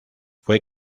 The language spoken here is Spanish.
fue